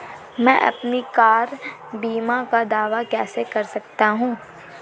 मैं अपनी कार बीमा का दावा कैसे कर सकता हूं?